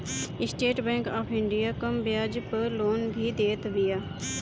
estate Bank of India कम बियाज पअ लोन भी देत बिया